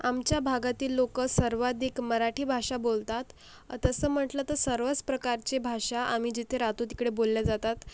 आमच्या भागातील लोकं सर्वाधिक मराठी भाषा बोलतात तसं म्हटलं तर सर्वच प्रकारचे भाषा आम्ही जिथे राहतो तिकडे बोलल्या जातात